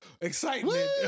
excitement